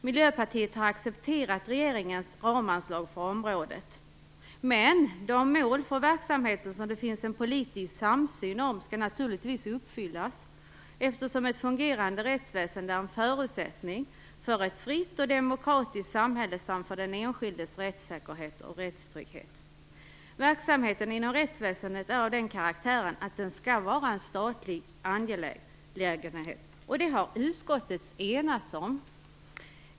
Miljöpartiet har accepterat regeringens ramanslag för området, men de mål för verksamheten som det finns en politisk samsyn om skall naturligtvis nås, eftersom ett fungerande rättsväsende är en förutsättning för ett fritt och demokratiskt samhälle samt för den enskildes rättssäkerhet och rättstrygghet. Verksamheten inom rättsväsendet är av den karaktären att den skall vara en statlig angelägenhet. Det har utskottet enats om.